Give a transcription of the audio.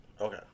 Okay